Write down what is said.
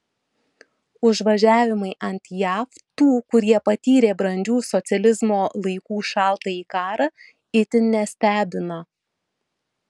užvažiavimai ant jav tų kurie patyrė brandžių socializmo laikų šaltąjį karą itin nestebina